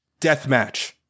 deathmatch